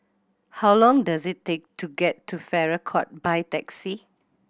how long does it take to get to Farrer Court by taxi